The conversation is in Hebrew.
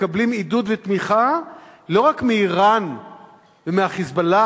מקבלים עידוד ותמיכה לא רק מאירן ומה"חיזבאללה",